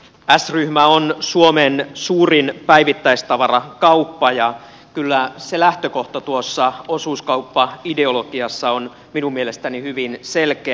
s ryhmä on suomen suurin päivittäistavarakauppa ja kyllä se lähtökohta tuossa osuuskauppaideologiassa on minun mielestäni hyvin selkeä